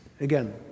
Again